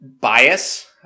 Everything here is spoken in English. bias